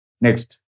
next